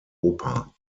oper